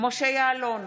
משה יעלון,